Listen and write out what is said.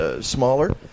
smaller